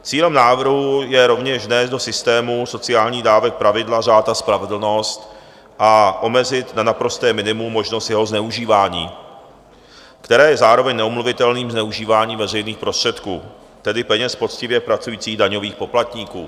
Cílem návrhu je rovněž vnést do systému sociálních dávek pravidla, řád a spravedlnost a omezit na naprosté minimum možnost jeho zneužívání, které je zároveň neomluvitelným zneužíváním veřejných prostředků, tedy peněz poctivě pracujících daňových poplatníků.